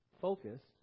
focused